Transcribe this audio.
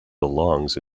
belongs